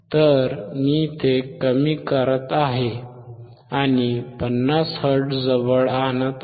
तर मी ते कमी करत आहे आणि 50Hz जवळ आणत आहे